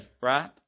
right